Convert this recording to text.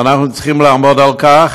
ואנחנו צריכים לעמוד על כך,